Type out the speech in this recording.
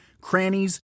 crannies